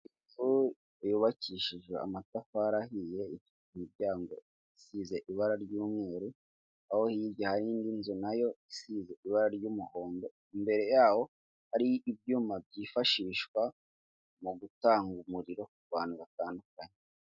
Inyubako yubakishije amatafari ahiye, imiryango, isize ibara ry'umweru, aho hirya hari indi nzu na yo isize ibara ry'umuhondo, imbere yaho hari ibyuma byifashishwa mu gutanga umuriro ku bantu batandukanye.